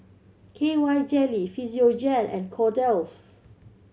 K Y Jelly Physiogel and Kordel's